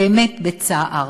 באמת בצער,